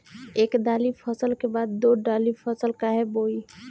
एक दाली फसल के बाद दो डाली फसल काहे बोई?